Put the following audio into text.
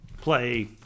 play